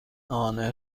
نان